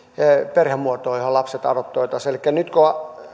perhemuotoa johon lapset adoptoitaisiin elikkä nyt kun